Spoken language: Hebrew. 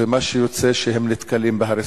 ומה שיוצא, שהם נתקלים בהריסה.